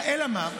אלא מה?